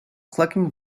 clucking